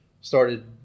started